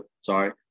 Sorry